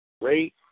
Great